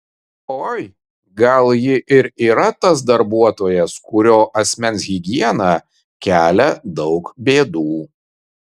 oi gal ji ir yra tas darbuotojas kurio asmens higiena kelia daug bėdų